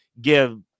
give